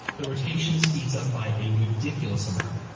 the rotation speeds up by a ridiculous amount.